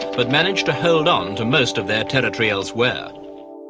but managed to hold on to most of their territory elsewhere.